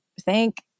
thank